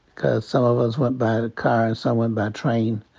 cause some of us went by car and some went by train.